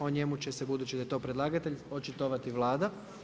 O njemu će se, budući da je to predlagatelj, očitovati Vlada.